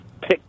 pick